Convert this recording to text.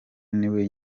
niwe